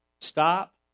stop